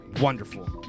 wonderful